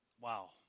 Wow